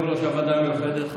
תודה.